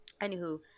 Anywho